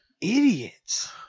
Idiots